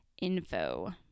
info